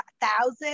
thousand